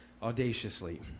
audaciously